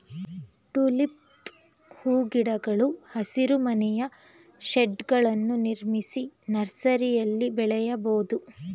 tulip ಹೂಗಿಡಗಳು ಹಸಿರುಮನೆಯ ಶೇಡ್ಗಳನ್ನು ನಿರ್ಮಿಸಿ ನರ್ಸರಿಯಲ್ಲಿ ಬೆಳೆಯಬೋದು